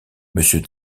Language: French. monsieur